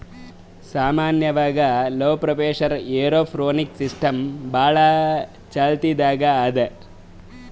ಸಾಮಾನ್ಯವಾಗ್ low pressure aeroponics system ಭಾಳ್ ಚಾಲ್ತಿದಾಗ್ ಅದಾ